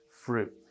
fruit